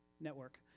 network